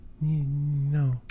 No